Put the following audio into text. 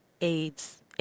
AIDS